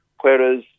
Whereas